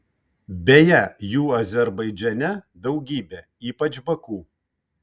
beje jų azerbaidžane daugybė ypač baku